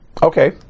Okay